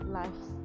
life